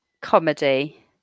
Comedy